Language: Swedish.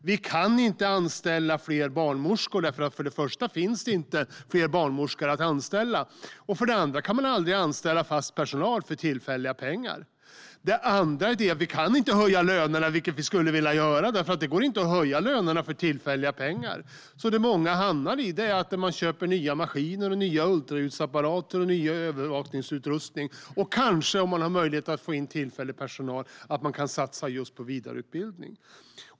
De kan inte anställa fler barnmorskor, därför att för det första finns det inte fler barnmorskor att anställa, och för det andra kan de aldrig anställa fast personal för tillfälliga pengar. De kan inte höja lönerna, vilket de skulle vilja göra, därför att det inte går att höja löner för tillfälliga pengar. För många blir det att de köper nya maskiner, nya ultraljudsapparater och ny övervakningsutrustning. Kanske om det är möjligt, om de kan få in tillfällig personal, kan de satsa på vidareutbildning.